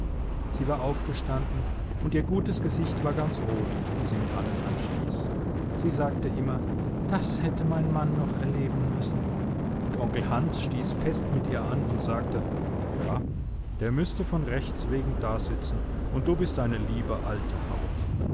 sie war aufgestanden und ihr gutes gesicht war ganz rot wie sie mit allen anstieß sie sagte immer das hätte mein mann noch erleben müssen und onkel hans stieß fest mit ihr an und sagte ja der müßte von rechts wegen dasitzen und du bist eine liebe alte haut